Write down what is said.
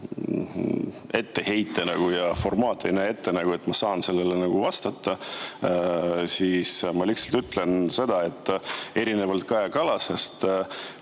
etteheite ja [istungi] formaat ei näe ette, et ma saaksin sellele vastata, siis ma lihtsalt ütlen, et erinevalt Kaja Kallasest,